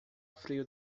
frio